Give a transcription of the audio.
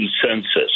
consensus